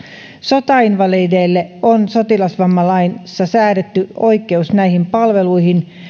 sotainvalideille on sotilasvammalaissa säädetty oikeus näihin palveluihin